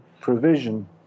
provision